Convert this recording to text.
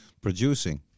producing